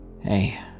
Hey